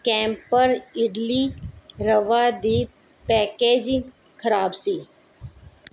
camper idli rava ਦੀ packaging ਖਰਾਬ ਸੀ